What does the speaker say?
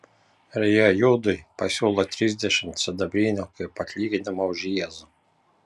ir jie judui pasiūlo trisdešimt sidabrinių kaip atlyginimą už jėzų